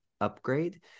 upgrade